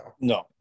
No